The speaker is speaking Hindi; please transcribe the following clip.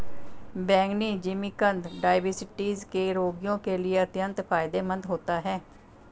बैंगनी जिमीकंद डायबिटीज के रोगियों के लिए अत्यंत फायदेमंद होता है